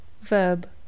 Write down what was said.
verb